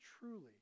truly